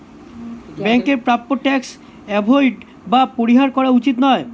ব্যাংকের প্রাপ্য tax avoid বা পরিহার করা উচিত নয়